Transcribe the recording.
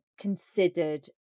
considered